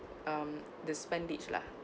um the spend each lah